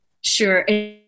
sure